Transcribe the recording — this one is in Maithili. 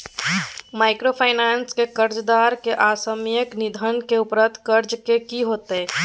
माइक्रोफाइनेंस के कर्जदार के असामयिक निधन के उपरांत कर्ज के की होतै?